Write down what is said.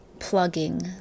plugging